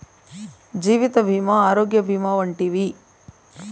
జీవిత భీమా ఆరోగ్య భీమా వంటివి